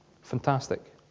Fantastic